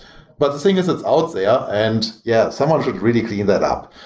but the thing is it's out there and, yeah, someone should really clean that up.